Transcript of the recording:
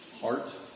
heart